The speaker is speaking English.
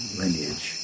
lineage